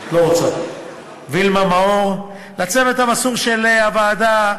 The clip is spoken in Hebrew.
לא רוצה, וילמה מאור, לצוות המסור של הוועדה,